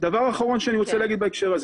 דבר אחרון שאני רוצה להגיד בהקשר הזה: